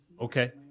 okay